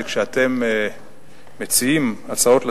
שכשאתם מציעים הצעות לסדר-היום,